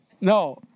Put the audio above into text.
No